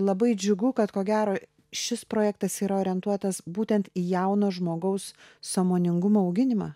labai džiugu kad ko gero šis projektas yra orientuotas būtent į jauno žmogaus sąmoningumo auginimą